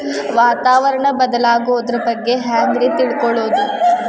ವಾತಾವರಣ ಬದಲಾಗೊದ್ರ ಬಗ್ಗೆ ಹ್ಯಾಂಗ್ ರೇ ತಿಳ್ಕೊಳೋದು?